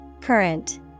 Current